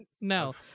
No